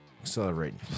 Accelerating